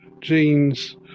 genes